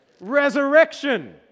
Resurrection